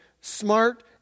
smart